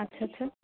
আচ্ছা আচ্ছা